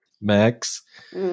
Max